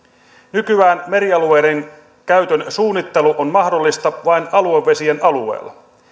nykyään merialueiden käytön suunnittelu on mahdollista vain aluevesien alueella